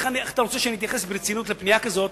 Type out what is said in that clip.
איך אתה רוצה שאני אתייחס ברצינות לפנייה כזאת,